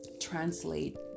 translate